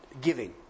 Giving